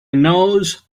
knows